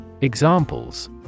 Examples